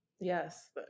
Yes